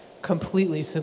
completely